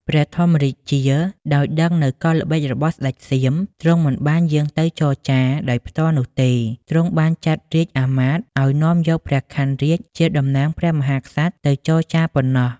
ព្រះធម្មរាជា ដោយដឹងនូវកលល្បិចរបស់ស្ដេចសៀម ទ្រង់មិនបានយាងទៅចរចារដោយផ្ទាល់នោះទេ ទ្រង់បានចាត់រាជ្យអាមាត្យឱ្យនាំយកព្រះខ័នរាជជាតំណាងព្រះមហាក្សត្រទៅចរចារប៉ុនណោះ។